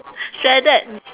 shredded